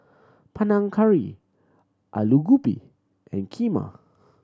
Panang Curry Alu Gobi and Kheema